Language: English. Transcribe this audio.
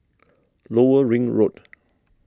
Lower Ring Road